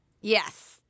Yes